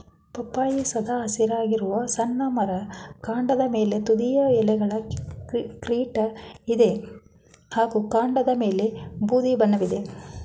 ಪಪ್ಪಾಯಿ ಸದಾ ಹಸಿರಾಗಿರುವ ಸಣ್ಣ ಮರ ಕಾಂಡದ ಮೇಲೆ ತುದಿಯ ಎಲೆಗಳ ಕಿರೀಟ ಇದೆ ಹಾಗೂ ಕಾಂಡದಮೇಲೆ ಬೂದಿ ಬಣ್ಣವಿದೆ